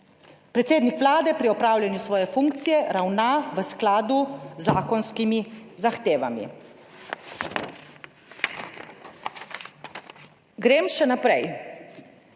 Predsednik Vlade pri opravljanju svoje funkcije ravna v skladu z zakonskimi zahtevami. Grem še naprej.